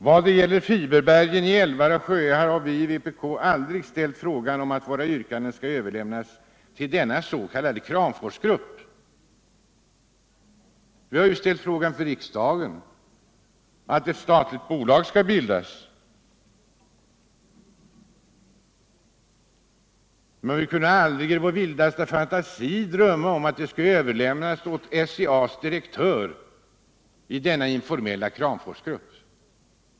Vad gäller fiberbergen i älvar och sjöar har vi i vpk aldrig begärt att våra yrkanden skulle överlämnas till den s.k. Kramforsgruppen. Vi vände oss ju till riksdagen med en begäran om att ett statligt bolag skulle bildas. Vi kunde aldrig i vår vildaste fantasi drömma om att frågan skulle överlämnas till den informella Kramforsgruppen.